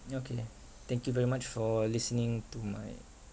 okay thank you very much for listening to my